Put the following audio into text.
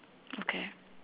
okay